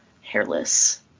hairless